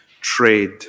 trade